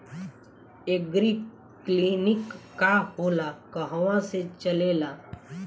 एगरी clinic का होला कहवा से चलेँला?